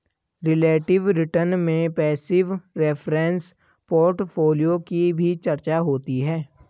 relative return में passive reference portfolio की भी चर्चा होती है